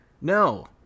No